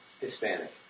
Hispanic